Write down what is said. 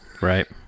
Right